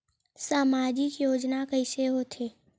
सामजिक योजना कइसे होथे?